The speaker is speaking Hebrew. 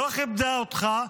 היא לא כיבדה אותך,